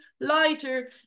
lighter